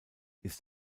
ist